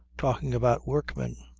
talking about workmen,